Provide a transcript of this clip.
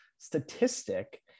statistic